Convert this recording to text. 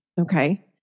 okay